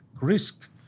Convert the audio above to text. risk